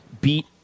beat